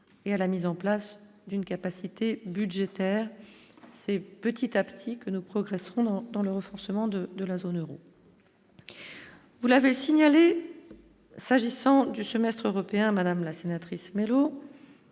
et à la mise en place d'une capacité budgétaire c'est petit à petit que nous progresserons dans le renfoncement de de la zone Euro, vous l'avez signalé s'agissant du semestre européen Madame la sénatrice mélo.